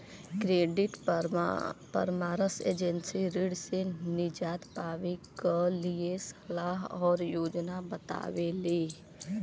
credit परामर्श agency ऋण से निजात पावे क लिए सलाह आउर योजना बतावेली